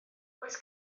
oes